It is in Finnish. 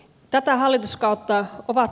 tätä hallituskautta ovat